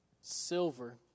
silver